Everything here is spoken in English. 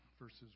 verses